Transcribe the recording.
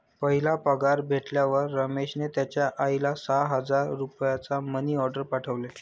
पहिला पगार भेटल्यावर रमेशने त्याचा आईला सहा हजार रुपयांचा मनी ओर्डेर पाठवले